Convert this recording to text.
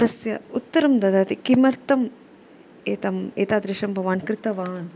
तस्य उत्तरं ददाति किमर्थम् एतत् एतादृशं भवान् कृतवान्